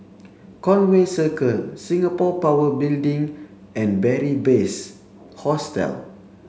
Conway Circle Singapore Power Building and Beary Best Hostel